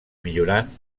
millorant